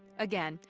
again,